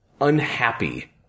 unhappy